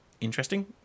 Interesting